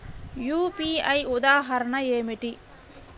UPI ఉదాహరణ ఏమిటి?